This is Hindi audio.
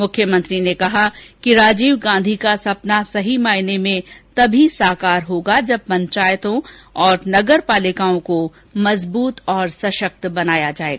मुख्यमंत्री ने कहा कि राजीव गांधी का सपना सही मायने में तब साकार होगा जब पंचायतों और नगरपालिकाओं को मजबूत और सषक्त बनाया जाये